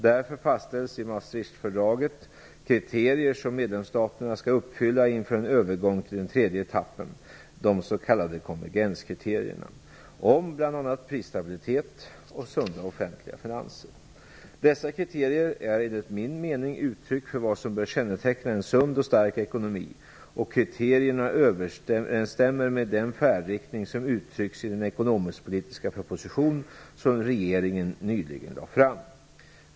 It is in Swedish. Därför fastställs i Maastrichtfördraget kriterier som medlemsstaterna skall uppfylla inför en övergång till den tredje etappen, de s.k. konvergenskriterierna, om bl.a. prisstabilitet och sunda offentliga finanser. Dessa kriterier är enligt min mening uttryck för vad som bör känneteckna en sund och stark ekonomi, och kriterierna överensstämmer med den färdriktning som uttrycks i den ekonomisk-politiska proposition som regeringen nyligen lade fram.